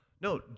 No